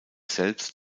selbst